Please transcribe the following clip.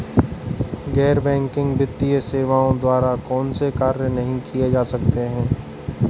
गैर बैंकिंग वित्तीय सेवाओं द्वारा कौनसे कार्य नहीं किए जा सकते हैं?